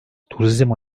turizm